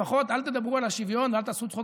לפחות אל תדברו על שוויון ואל תעשו צחוק